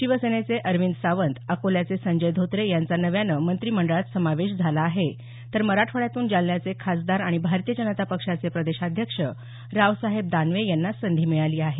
शिवसेनेचे अरविंद सावंत अकोल्याचे संजय धोत्रे यांचा नव्याने मंत्रीमंडळात समावेश झाला आहे तर मराठवाड्यातून जालन्याचे खासदार आणि भारतीय जनता पक्षाचे प्रदेशाध्यक्ष रावसाहेब दानवे यांना संधी मिळाली आहे